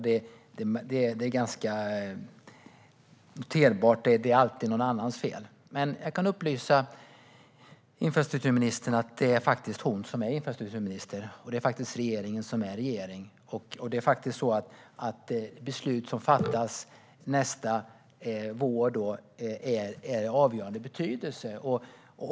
Herr talman! Det är noterbart: Det är alltid någon annans fel. Jag kan dock upplysa infrastrukturministern om att det faktiskt är hon själv som är infrastrukturminister, och det är faktiskt regeringen som är regering. Beslut som fattas nästa vår är av avgörande betydelse.